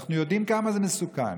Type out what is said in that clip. אנחנו יודעים כמה זה מסוכן.